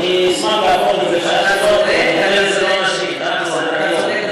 גברתי היושבת-ראש, אתה צודק, אדוני.